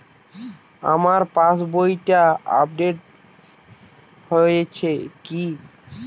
আমার পাশবইটা আপডেট হয়েছে কি?